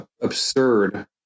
absurd